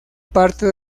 parte